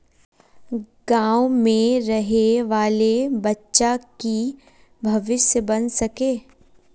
गाँव में रहे वाले बच्चा की भविष्य बन सके?